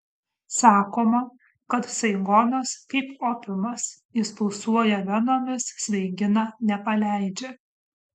sakoma kad saigonas kaip opiumas jis pulsuoja venomis svaigina nepaleidžia